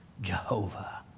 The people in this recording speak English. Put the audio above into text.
Jehovah